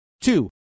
Two